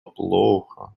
плохо